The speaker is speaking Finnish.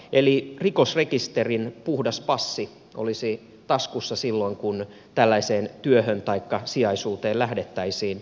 eli rikosrekisterin puhdas passi olisi taskussa silloin kun tällaiseen työhön taikka sijaisuuteen lähdettäisiin